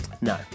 no